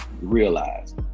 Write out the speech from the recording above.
realize